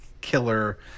killer